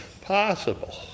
possible